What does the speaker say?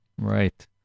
Right